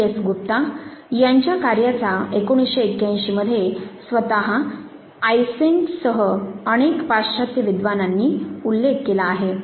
बी S Gupta यांच्या कार्याचा 1981 मध्ये स्वतः आइसेन्क'सह अनेक पाश्चात्य विद्वानांनी उल्लेख केला आहे